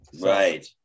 Right